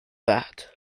that